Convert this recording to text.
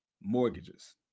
mortgages